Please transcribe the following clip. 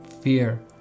Fear